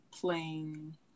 playing